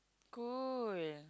cool